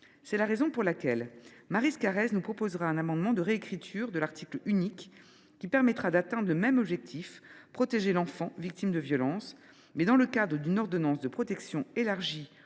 C’est la raison pour laquelle Maryse Carrère nous proposera un amendement de réécriture de l’article unique qui permettra d’atteindre le même objectif de protection de l’enfant victime de violences, mais dans le cadre d’une ordonnance de protection élargie